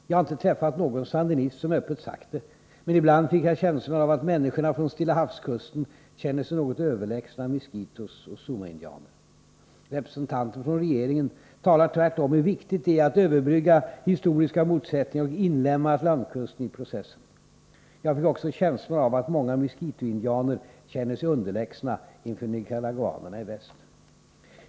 Jag har inte träffat någon sandinist som öppet sagt det men ibland fick jag känslan av att människorna från Stilla havskusten känner sig något överlägsna miskitos och sumuindianer. Representanter från regeringen talar tvärtom om hur viktigt det är att överbrygga historiska motsättningar och inlemma atlantkusteni”processen”. Jag fick också känslan av att många miskitoindianer känner sej underlägsna inför Nicaraguanerna i väst.